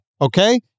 okay